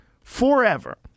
forever